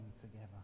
together